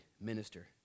Minister